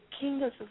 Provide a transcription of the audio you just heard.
kingdoms